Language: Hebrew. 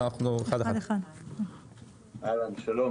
שלום.